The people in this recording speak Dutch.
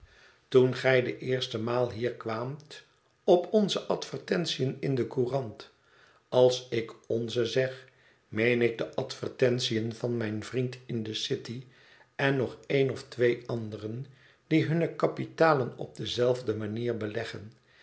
toen gij de eerste maal hier kwaamt op onze advertentiën in de courant als ik onze zeg meen ik de advertentiën van mijn vriend in de city en nog een of twee anderen die hunne kapitalen op dezelfde manier beleggen